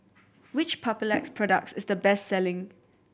which Papulex products is the best selling